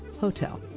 hotel.